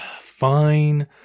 Fine